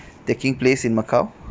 taking place in macau